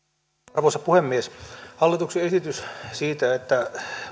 arvoisa puhemies hallituksen esitys siitä että